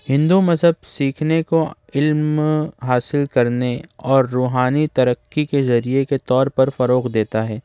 ہندو مذہب سیکھنے کو علم حاصل کرنے اور روحانی ترقی کے ذریعے کے طور پر فروغ دیتا ہے